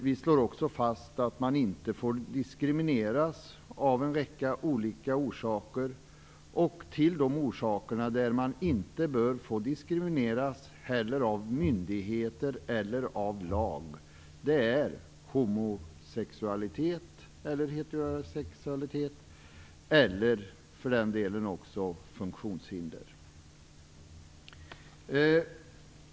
Vi slår också fast att man inte får diskrimineras av en räcka olika orsaker. En av de saker som man inte borde diskrimineras för - inte heller av myndigheter eller av lag - är homosexualitet. Detsamma gäller för den delen även funktionshinder.